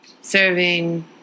serving